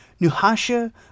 Nuhasha